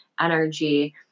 Energy